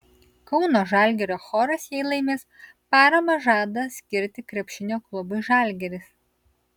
kauno žalgirio choras jei laimės paramą žada skirti krepšinio klubui žalgiris